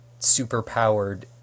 superpowered